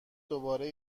دوباره